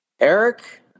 Eric